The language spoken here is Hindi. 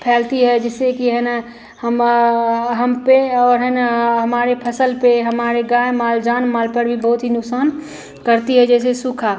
फैलती है जिससे कि है न हम हमपर और है न हमारी फ़सल पर हमारे गाय माल जान माल पर भी बहुत ही नुकसान करती है जैसे सूखा